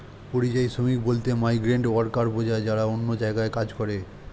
পরিযায়ী শ্রমিক বলতে মাইগ্রেন্ট ওয়ার্কার বোঝায় যারা অন্য জায়গায় কাজ করে